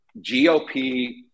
GOP